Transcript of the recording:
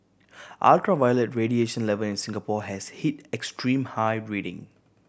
ultraviolet radiation level in Singapore has hit extreme high reading